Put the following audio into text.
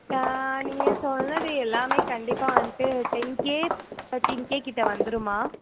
நீங்கள் சொன்னது எல்லாமே கண்டிப்பாக வந்துட்டு டென் கே தேர்ட்டின் கே கிட்ட வந்துரும்மா